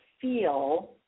feel